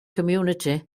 community